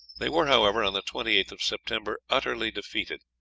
they were, however, on the twenty eighth of september, utterly defeated.